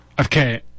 Okay